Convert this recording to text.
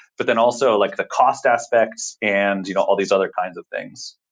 but then also like the cost aspects and you know all these other kinds of things.